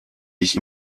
ich